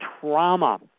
trauma